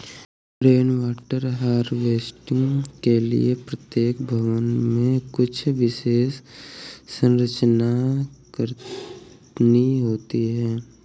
rain water harvesting के लिए प्रत्येक भवन में कुछ विशेष संरचना करनी होती है